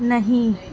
نہیں